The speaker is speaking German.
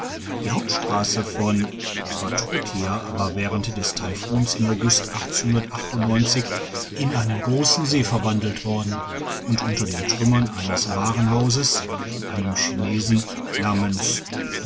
die hauptstrasse in twatutia war während des taifuns im august in einen grossen see verwandelt worden und unter den trümmern eines warenhauses einem chinesen namens